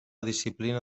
disciplina